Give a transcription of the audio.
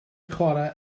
chwarae